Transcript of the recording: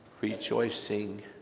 rejoicing